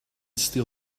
steal